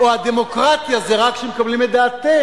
או הדמוקרטיה זה רק כשמקבלים את דעתך?